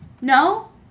No